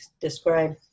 describe